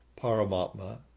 Paramatma